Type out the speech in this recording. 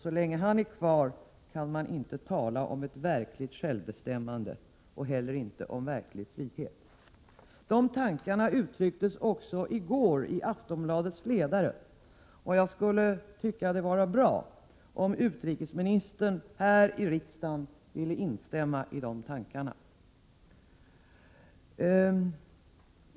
Så länge Najibullah är kvar kan man inte tala om ett verkligt självbestämmande och inte heller om verklig frihet. Dessa tankar uttrycktes i går i Aftonbladets ledare, och jag skulle tycka det vara bra om utrikesministern här ville instämma i de tankarna.